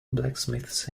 blacksmiths